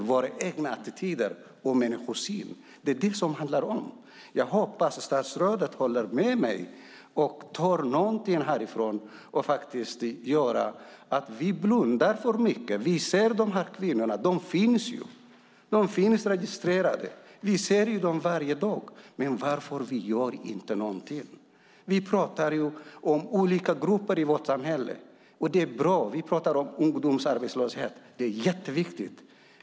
Det handlar om våra egna attityder och vår människosyn. Det är detta det handlar om. Jag hoppas att statsrådet håller med mig och tar med sig någonting härifrån. Vi blundar för mycket. Vi ser de här kvinnorna. De finns registrerade. Vi ser dem varje dag. Men varför gör vi ingenting? Vi pratar om olika grupper i vårt samhälle, och det är bra. Vi pratar om ungdomsarbetslöshet. Det är jätteviktigt.